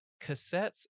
cassettes